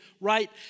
right